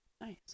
Nice